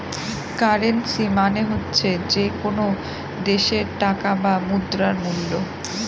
currency মানে হচ্ছে যে কোনো দেশের টাকা বা মুদ্রার মুল্য